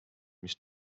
mis